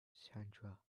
sandra